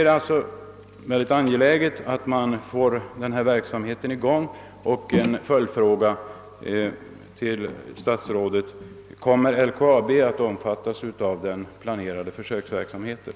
Det är därför angeläget att man får i gång denna verksamhet, och jag vill i sammanhanget ställa en följdfråga till statsrådet Wickman: Kommer LKAB att omfattas av den planerade försöksverksamheten?